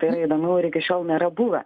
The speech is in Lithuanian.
tai yra įdomiau ir iki šiol nėra buvę